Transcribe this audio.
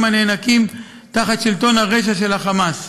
הנאנקים תחת שלטון הרשע של ה"חמאס".